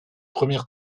première